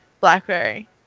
Blackberry